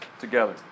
together